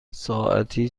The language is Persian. ساعتی